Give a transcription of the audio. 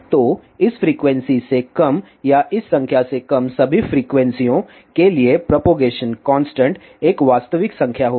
तो इस फ्रीक्वेंसी से कम या इस संख्या से कम सभी फ्रीक्वेंसीयों के लिए प्रोपगेशन कांस्टेंट एक वास्तविक संख्या होगी